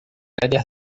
áreas